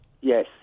Yes